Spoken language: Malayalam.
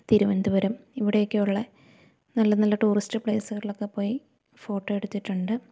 തിരുവനന്തപുരം ഇവിടെ ഒക്കെയുള്ള നല്ല നല്ല ടൂറിസ്റ്റ് പ്ലേസുകളിലൊക്കെ പോയി ഫോട്ടോ എടുത്തിട്ടുണ്ട്